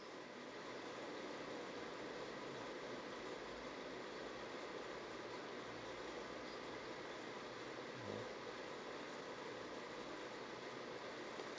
mmhmm